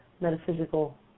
metaphysical